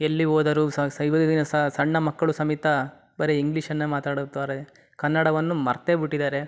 ಎಲ್ಲಿ ಹೋದರೂ ಸಹ ಸಣ್ಣ ಮಕ್ಕಳು ಸಮೇತ ಬರೀ ಇಂಗ್ಲೀಷನ್ನೇ ಮಾತಾಡುತ್ತಾರೆ ಕನ್ನಡವನ್ನು ಮರೆತೇ ಬಿಟ್ಟಿದ್ದಾರೆ